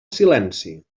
silenci